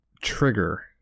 trigger